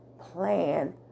plan